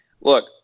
look